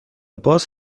باز